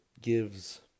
gives